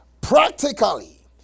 practically